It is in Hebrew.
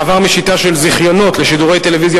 מעבר משיטה של זיכיונות לשידורי טלוויזיה